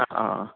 അ ആ